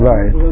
Right